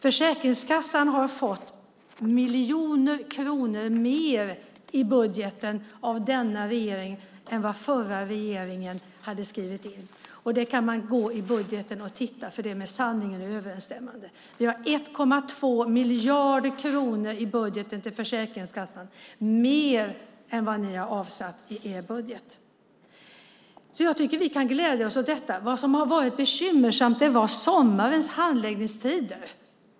Försäkringskassan har fått fler miljoner kronor i budgeten av denna regering än vad den förra regeringen hade skrivit in. Man kan gå till budgeten och titta på det, för det är med sanningen överensstämmande. Vi har 1,2 miljarder kronor mer i budgeten till Försäkringskassan än vad ni har avsatt i er budget. Jag tycker att vi kan glädjas åt detta. Vad som var bekymmersamt var sommarens handläggningstider.